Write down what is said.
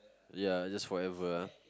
ya just forever ah